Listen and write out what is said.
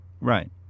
Right